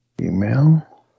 Email